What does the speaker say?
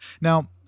Now